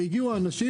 הגיעו אנשים,